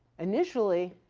initially